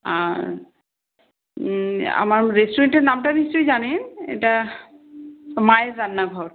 আর আমার রেস্টুরেন্টের নামটা নিশ্চয়ই জানেন এটা মায়ের রান্নাঘর